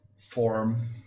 form